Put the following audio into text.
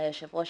היושב-ראש